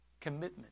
commitment